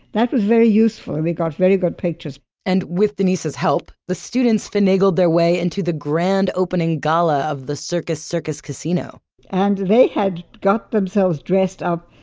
that was very useful. we we got very good pictures and with denise's help, the students finagled their way into the grand opening gala of the circus circus casino and they had got themselves dressed up.